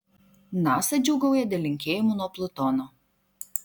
nasa džiūgauja dėl linkėjimų nuo plutono